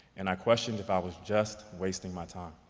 and i questioned if i was just wasting my time.